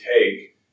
take